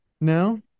No